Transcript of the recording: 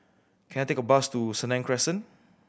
can I take a bus to Senang Crescent